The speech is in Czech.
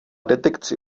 detekci